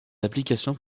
applications